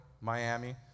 Miami